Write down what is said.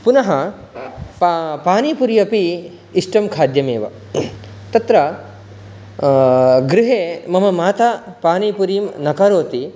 पुनः पानीपुरी अपि इष्टं खाद्यम् एव तत्र गृहे मम माता पानीपुरीं न करोति